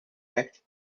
act